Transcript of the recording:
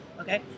okay